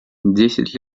десять